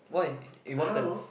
why in what sense